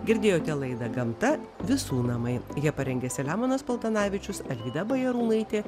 girdėjote laida gamta visų namai ją parengė selemonas paltanavičius alvyda bajarūnaitė